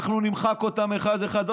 אנחנו נמחק אותם אחד-אחד.